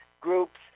groups